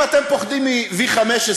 אם אתם פוחדים מ-15V,